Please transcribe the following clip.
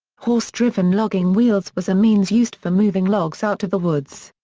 horse driven logging wheels was a means used for moving logs out of the woods.